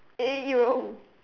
eh